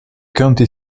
county